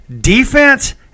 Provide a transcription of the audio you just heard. defense